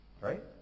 right